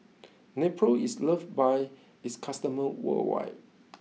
Nepro is loved by its customers worldwide